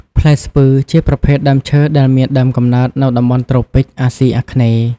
ផ្លែ ស្ពឺជាប្រភេទដើមឈើដែលមានដើមកំណើតនៅតំបន់ត្រូពិច អាស៊ីអាគ្នេយ៍ ។